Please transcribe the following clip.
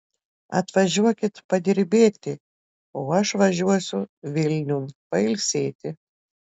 atvažiuokit padirbėti o aš važiuosiu vilniun pailsėti